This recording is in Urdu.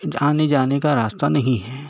آنے جانے کا راستہ نہیں ہے